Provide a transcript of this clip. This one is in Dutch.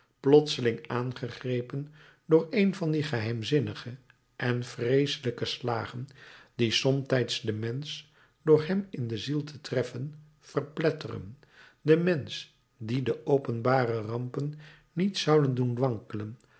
plotseling aangegrepen door een van die geheimzinnige en vreeselijke slagen die somtijds den mensch door hem in de ziel te treffen verpletteren den mensch dien de openbare rampen niet zouden doen wankelen